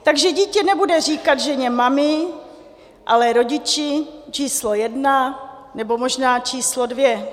Takže dítě nebude říkat ženě mami, ale rodiči číslo jedna nebo možná číslo dvě.